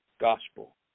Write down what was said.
gospel